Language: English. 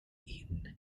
eaten